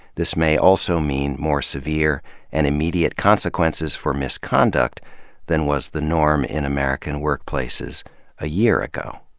this may also mean more severe and immediate consequences for misconduct than was the norm in american workplaces a year ago.